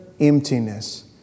emptiness